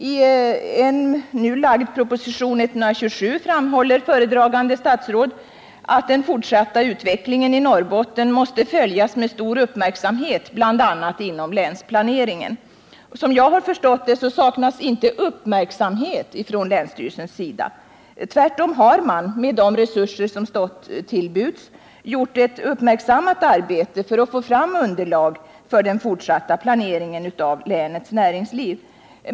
I propositionen 127 framhåller föredragande statsrådet att den fortsatta utvecklingen i Norrbotten måste följas med stor uppmärksamhet bl.a. inom länsplaneringen. Som jag har förstått saken, så saknas inte uppmärksamhet från länsstyrelsens sida. Tvärtom har man, med de resurser som stått till buds, lagt ned ett uppmärksammat arbete på att få fram underlag för den fortsatta planeringen av länets näringsliv.